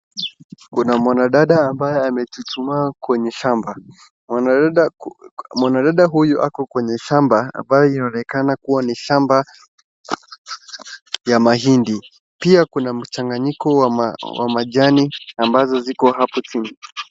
Kuna mwanadada ambaye amechuchumaa kwenye shamba. Mwanadada, mwanadada huyu ako kwenye shamba, ambayo inaonekana kuwa ni shamba, ya mahindi, pia kuna mchanganyiko wa ma, wa majani ambazo ziko hapo chini.